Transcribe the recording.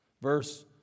Verse